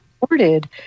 reported